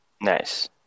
Nice